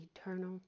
eternal